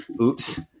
Oops